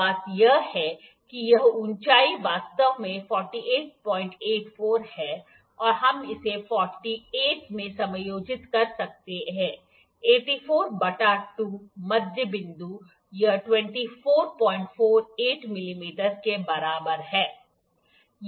एक बात यह है कि यह ऊंचाई वास्तव में 4884 है हम इसे 48 में समायोजित कर सकते हैं 84 बटा 2 मध्य बिंदु यह 2448 मिमी के बराबर है